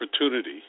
opportunity